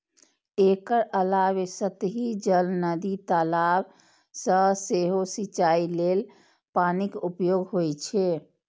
एकर अलावे सतही जल, नदी, तालाब सं सेहो सिंचाइ लेल पानिक उपयोग होइ छै